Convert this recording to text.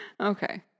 Okay